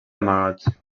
amagats